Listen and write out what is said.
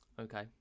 Okay